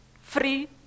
free